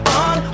on